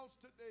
today